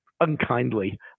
unkindly